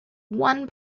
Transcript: one